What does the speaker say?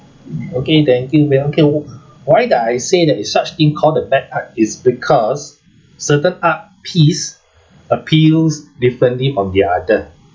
okay thank you well okay why did I say there is such thing called the bad art is because certain art piece appeals differently from the other